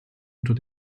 unter